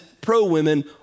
pro-women